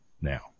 now